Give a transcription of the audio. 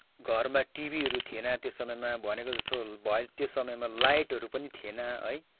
घरमा टिभीहरू थिएन त्यो समयमा भनेको जस्तो भए त्यो समयमा लाइटहरू पनि थिएन है